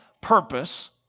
purpose